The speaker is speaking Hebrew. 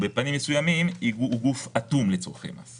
ובפנים מסוימים היא גוף אטום לצורכי מס.